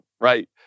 right